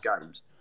games